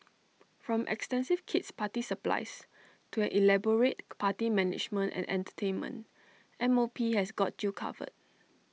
from extensive kid's party supplies to an elaborate party management and entertainment M O P has got you covered